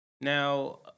Now